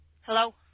Hello